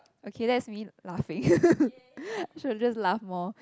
okay that's me laughing should just laugh more